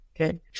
okay